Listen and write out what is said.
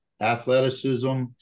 athleticism